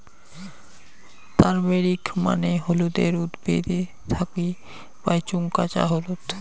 turmeric মানে হলুদের উদ্ভিদ থাকি পাইচুঙ কাঁচা হলুদ